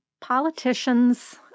Politicians